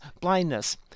blindness